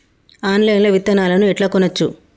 Online లా విత్తనాలను ఎట్లా కొనచ్చు?